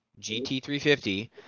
GT350